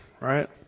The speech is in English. right